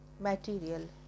material